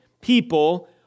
people